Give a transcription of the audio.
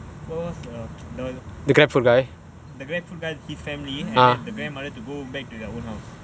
what what's the the Grab guy his family and the grandmother to go back to their own house